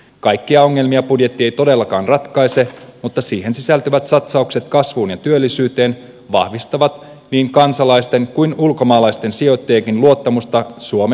kaikkia ongelmia budjetti ei todellakaan ratkaise mutta siihen sisältyvät satsaukset kasvuun ja työllisyyteen vahvistavat niin kansalaisten kuin ulkomaalaisten sijoittajienkin luottamusta suomen talouteen